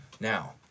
Now